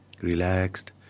relaxed